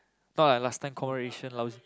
not like last time combat ration lousy